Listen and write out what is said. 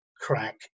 crack